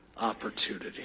Opportunity